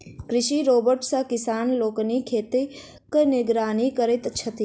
कृषि रोबोट सॅ किसान लोकनि खेतक निगरानी करैत छथि